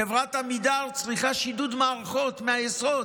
חברת עמידר צריכה שידוד מערכות מהיסוד.